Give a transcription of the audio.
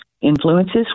influences